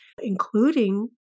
including